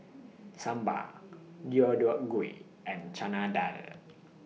Sambar Deodeok Gui and Chana Dal